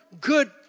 good